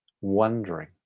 wondering